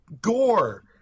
gore